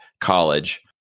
college